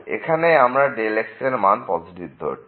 এইখানে আমরা x এর মান পজিটিভ ধরছি